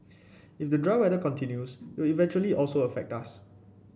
if the dry weather continues it will eventually also affect us